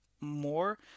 more